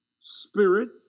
Spirit